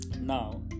Now